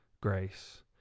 grace